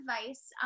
advice